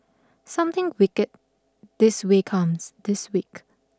something wicked this way comes this week